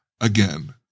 again